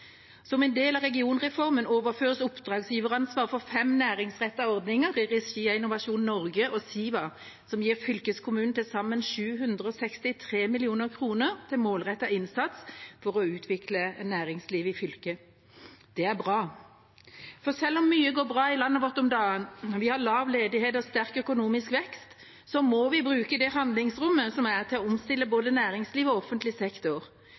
Som en del av regionreformen overføres oppdragsgiveransvaret for fem næringsrettede ordninger i regi av Innovasjon Norge og Siva til fylkeskommunene, som får til sammen 763 mill. kr til målrettet innsats for å utvikle næringslivet i fylkene. Det er bra, for selv om mye går bra i landet vårt om dagen – vi har lav ledighet og sterk økonomisk vekst – må vi bruke det handlingsrommet som er, til å omstille både næringslivet og offentlig sektor.